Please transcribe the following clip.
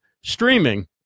streaming